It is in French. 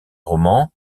romans